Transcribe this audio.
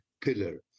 pillar